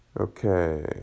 Okay